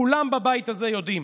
כולם בבית הזה יודעים